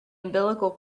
umbilical